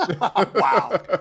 Wow